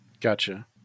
Gotcha